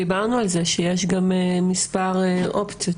דיברנו על כך שיש מספר אופציות,